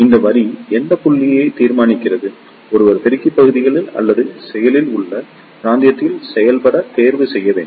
இந்த வரி எந்த புள்ளியை தீர்மானிக்கிறது ஒருவர் பெருக்கி பகுதியில் அல்லது செயலில் உள்ள பிராந்தியத்தில் செயல்பட தேர்வு செய்ய வேண்டும்